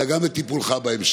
אלא גם את טיפולך בהמשך.